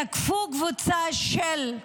תקפו קבוצה של,